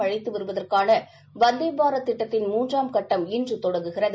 அழைத்து வருவதற்கான வந்தே பாரத் திட்டத்தின் மூன்றாம் கட்டம் இன்று தொடங்குகிறது